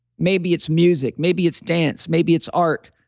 maybe it's music, maybe it's dance, maybe it's art,